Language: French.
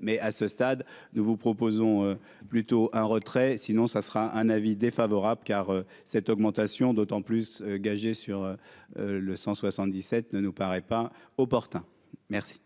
mais à ce stade, nous vous proposons plutôt un retrait sinon ça sera un avis défavorable car cette augmentation d'autant plus gager sur le 177 ne nous paraît pas opportun. Merci,